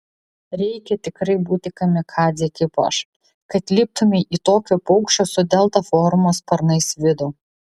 reikia tikrai būti kamikadzei kaip aš kad liptumei į tokio paukščio su delta formos sparnais vidų